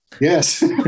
Yes